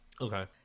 Okay